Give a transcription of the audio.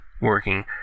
working